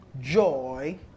joy